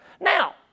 Now